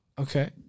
Okay